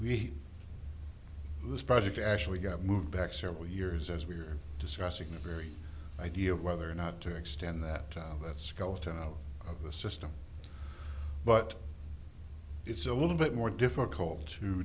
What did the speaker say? we this project actually got moved back several years as we're discussing the very idea of whether or not to extend that that skeleton out of the system but it's a little bit more difficult to